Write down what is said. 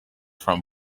from